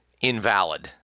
invalid